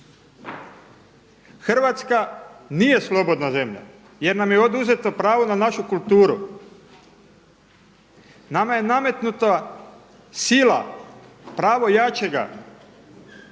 Hrvatska nije slobodna zemlja jer nam je oduzeto pravo na našu kulturu. Nama je nametnuta sila pravo jačega